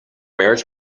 marriage